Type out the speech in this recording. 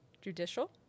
judicial